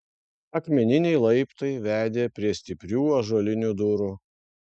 akmeniniai laiptai vedė prie stiprių ąžuolinių durų